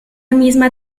misma